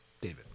David